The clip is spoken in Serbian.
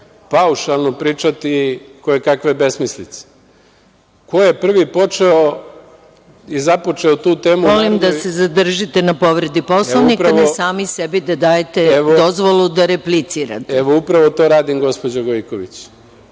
paušalno pričati kojekakve besmislice. Ko je prvi počeo i započeo tu temu…(Predsednik: Molim da se zadržite na povredi Poslovnika, a ne sami sebi da dajete dozvolu da replicirate.)Evo, upravo to radim, gospođo Gojković. Dakle,